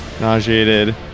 nauseated